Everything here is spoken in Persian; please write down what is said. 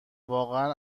واقعا